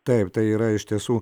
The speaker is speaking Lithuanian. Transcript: taip tai yra iš tiesų